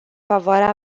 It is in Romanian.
favoarea